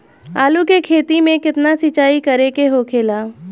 आलू के खेती में केतना सिंचाई करे के होखेला?